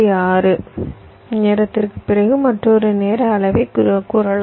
6 நேரத்திற்குப் பிறகு மற்றொரு நேர அளவைக் கூறலாம்